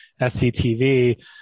SCTV